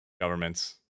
governments